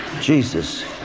Jesus